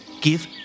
Give